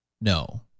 No